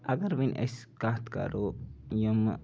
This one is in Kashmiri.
اَگر وۄنۍ أسۍ کَتھ کرو یِمہٕ